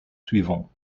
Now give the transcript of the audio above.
suivant